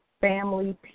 family